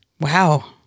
Wow